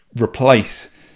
replace